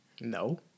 No